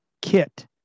kit